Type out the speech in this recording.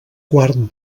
quart